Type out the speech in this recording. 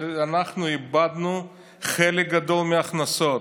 אנחנו איבדנו חלק גדול מההכנסות.